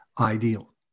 ideal